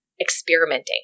experimenting